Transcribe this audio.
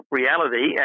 reality